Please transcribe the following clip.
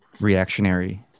reactionary